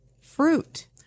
fruit